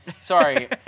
sorry